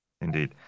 Indeed